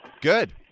Good